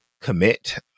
commit